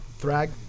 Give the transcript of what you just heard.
Thrag